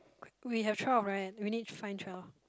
we have twelve right we need to find twelve